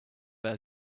web